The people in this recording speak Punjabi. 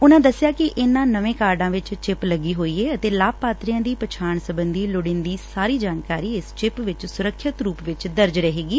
ਉਨੂਾਂ ਦੱਸਿਆ ਇਨੂਾਂ ਨਵੇਂ ਕਾਰਡਾਂ ਵਿੱਚ ਚਿੱਪ ਲੱਗੀ ਹੋਈ ਏ ਅਤੇ ਲਾਭਪਾਤਰੀਆਂ ਦੀ ਪਛਾਣ ਸਬੰਧੀ ਲੋੜੀਦੀ ਜਾਣਕਾਰੀ ਇਸ ਚਿੱਪ ਵਿੱਚ ਸੁਰੱਖਿਅਤ ਰੂਪ ਵਿੱਚ ਦਰਜ ਰਹੇਗੀ